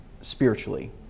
spiritually